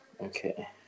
Okay